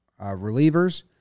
relievers